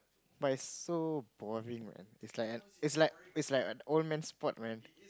but it's so boring man it's like it's like it's like an old man sport man